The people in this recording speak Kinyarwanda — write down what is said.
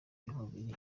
by’umubiri